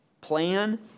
plan